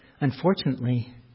unfortunately